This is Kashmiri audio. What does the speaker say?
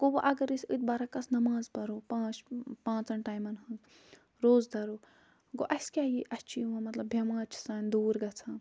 گوٚو وونۍ اگر أسۍ أتھۍ برعکَس نیٚماز پَرو پانٛچ پانٛژَن ٹایمَن ہُنٛد روزٕ دَرو گوٚو اسہِ کیٛاہ یی اسہِ چھِ یِوان مطلب بیٚمارِ چھِ سانہِ دوٗر گژھان